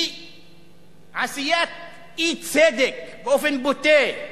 היא עשיית אי-צדק באופן בוטה.